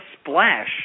splash